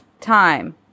time